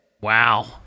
Wow